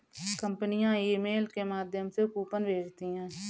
कंपनियां ईमेल के माध्यम से कूपन भेजती है